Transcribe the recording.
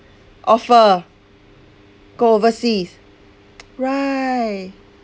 offer go overseas right